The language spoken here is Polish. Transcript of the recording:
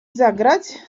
zagrać